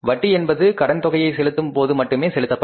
வட்டி என்பது கடன் தொகையை செலுத்தும் போது மட்டுமே செலுத்தப்படும்